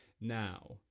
now